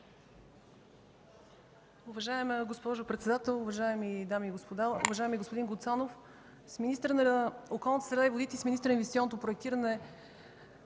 Уважаема госпожо председател, уважаеми дами и господа, уважаеми господин Гуцанов! С министъра на околната среда и водите и с министъра на инвестиционното проектиране